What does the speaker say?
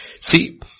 See